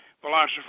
philosopher